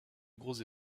grosses